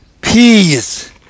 peace